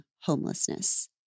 homelessness